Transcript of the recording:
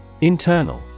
Internal